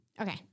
Okay